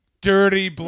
dirty